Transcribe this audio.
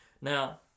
Now